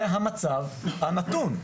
זה המצב הנתון.